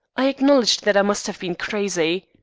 i acknowledged that i must have been crazy